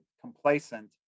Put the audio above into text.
complacent